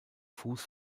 fuß